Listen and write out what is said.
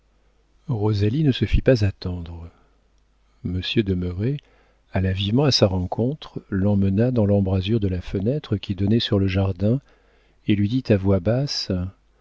rosalie ne se fit pas attendre monsieur de merret alla vivement à sa rencontre l'emmena dans l'embrasure de la fenêtre qui donnait dans le jardin et lui dit à voix basse